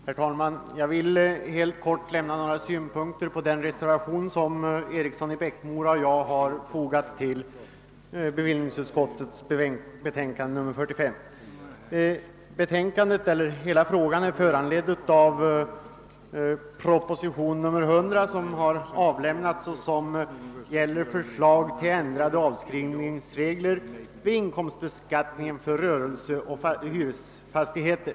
Herr talman! Jag vill helt kort lämna några synpunkter på den reservation som herr Eriksson i Bäckmora och jag har fogat till bevillningsutskottets betänkande nr 45. Hela frågan är föranledd av proposition nr 100, som gäller förslag till ändrade avskrivningsregler vid inkomstbeskattningen för rörelseoch hyresfastigheter.